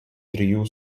trijų